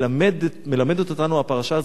ומלמדת אותנו הפרשה הזאת,